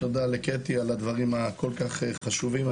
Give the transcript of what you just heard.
תודה לקטי על הדברים הכל כך חשובים.